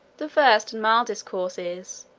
the first and mildest course is,